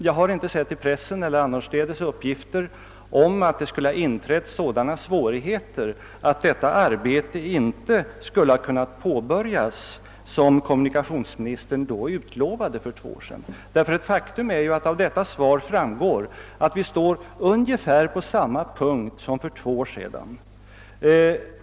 Jag har inte i pressen eller annorstädes sett uppgifter om att sådana svårigheter skulle ha inträtt att det arbete som kommunikationsministern för två år sedan utlovade inte skulle ha kunnat påbörjas. Faktum är att vi enligt vad som framgår av det lämnade svaret befinner oss i ungefär samma läge som för två år sedan.